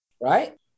right